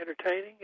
entertaining